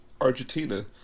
Argentina